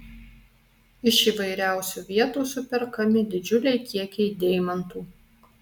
iš įvairiausių vietų superkami didžiuliai kiekiai deimantų